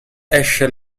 esce